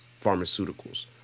pharmaceuticals